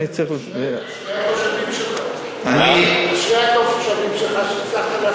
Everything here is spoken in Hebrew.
אשרי התושבים שלך שהצלחת להשיג,